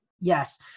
Yes